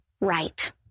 right